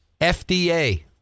FDA